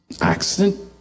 accident